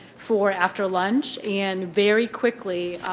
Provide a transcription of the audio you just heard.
for after lunch. and very quickly,